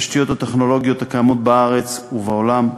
התשתיות הטכנולוגיות הקיימות בארץ ובעולם,